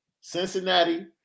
Cincinnati